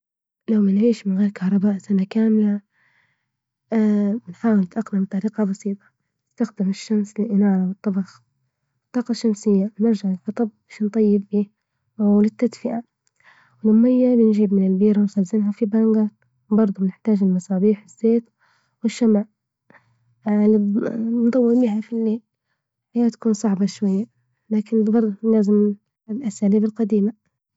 لو ما نعيش من غير كهرباء سنة كاملة نحاول نتأقلم بطريقة بسيطة نستخدم الشمس للانارة والطبخ ، الطاقة الشمسية نرجع الحطب عشان نطيب بية، وللتدفئة والمية بنجيب من البير ونخزنها في بانجع، برضه بنحتاج المصابيح وشمع نطور فيها الحياة تكون صعبة شوية، لكن لازم الاساليب القديمة.